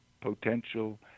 potential